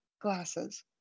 glasses